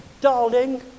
darling